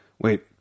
Wait